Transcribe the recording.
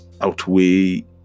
outweigh